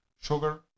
sugar